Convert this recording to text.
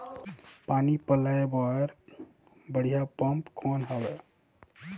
पानी पलोय बर बढ़िया पम्प कौन हवय?